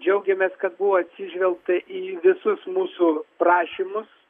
džiaugiamės kad buvo atsižvelgta į visus mūsų prašymus